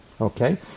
okay